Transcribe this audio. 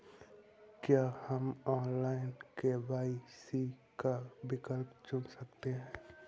क्या हम online KYC का विकल्प चुन सकते हैं?